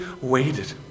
waited